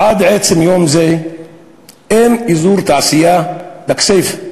עד עצם היום הזה אין אזור תעשייה בכסייפה.